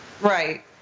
Right